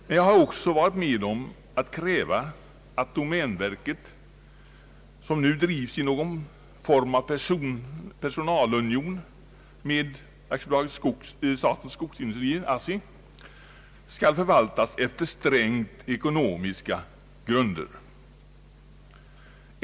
Men jag har också varit med om att kräva att domänverket, som nu drivs i någon form av personalunion med AB Statens skogsindustrier, ASSI, skall förvaltas enligt strängt ekonomiska grunder.